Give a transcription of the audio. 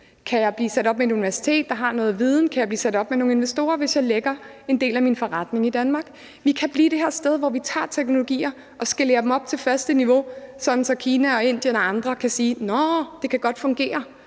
kan jeg blive sat sammen med et universitet, der har noget viden; kan jeg blive sat sammen med nogle investorer, hvis jeg lægger en del af min forretning i Danmark? Vi kan blive det sted, hvor vi tager teknologier og skalerer dem op til det første niveau, sådan at Kina, Indien og andre kan sige: Nåh, det kan godt fungere.